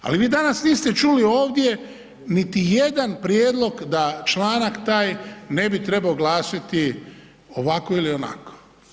Ali vi danas niste čuli ovdje niti jedan prijedlog da članak taj ne bi trebao glasiti ovako ili onako.